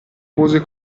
pose